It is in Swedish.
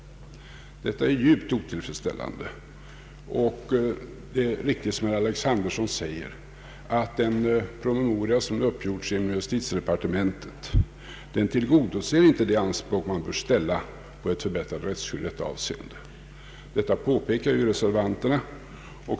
Detta är djupt otillfredsställande. Det är riktigt som herr Alexanderson säger att den promemoria som uppgjorts i justitiedepartementet inte tillgodoser de anspråk man bör ställa på ett förbättrat rättsskydd i detta avseende. Detta påpekar reservanterna.